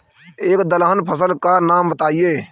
एक दलहन फसल का नाम बताइये